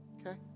okay